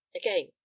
Again